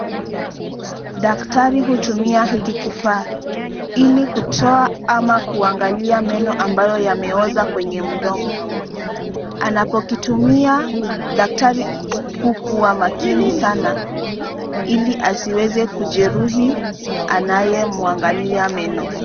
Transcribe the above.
Daktari hutumia hiki kifaa ili kutoa ama kuangalia meno ambayo yameoza kwenye mdomo. Anapokitumia daktari hukuwa makini sana ili asiweze kujeruhi anayemwangalia meno.